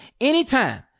anytime